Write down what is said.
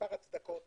מספר הצדקות